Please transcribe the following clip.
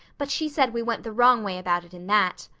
but she said we went the wrong way about it in that.